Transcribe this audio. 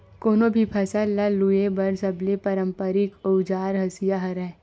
कोनो भी फसल ल लूए बर सबले पारंपरिक अउजार हसिया हरय